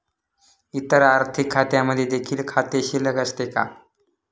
इतर आर्थिक खात्यांमध्ये देखील खाते शिल्लक असते का?